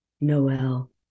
Noel